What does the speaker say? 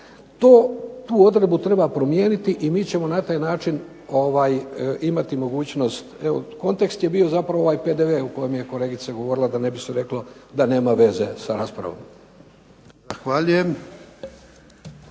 Tu odredbu treba promijeniti i mi ćemo na taj način imati mogućnost. Evo kontekst je bio zapravo ovaj PDV o kojem je kolegica govorila, da ne bi se reklo da nema veze sa raspravom.